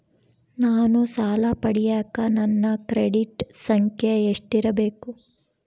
ನಾನು ಸಾಲ ಪಡಿಯಕ ನನ್ನ ಕ್ರೆಡಿಟ್ ಸಂಖ್ಯೆ ಎಷ್ಟಿರಬೇಕು?